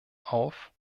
auf